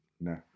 No